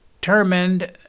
determined